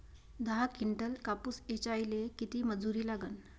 दहा किंटल कापूस ऐचायले किती मजूरी लागन?